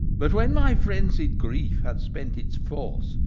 but when my frenzied grief had spent its force,